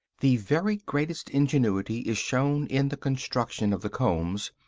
the very greatest ingenuity is shown in the construction of the combs,